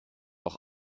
auch